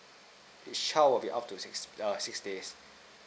it shall will be up to six err six days